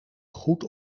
goed